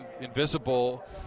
invisible